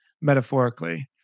metaphorically